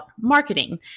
marketing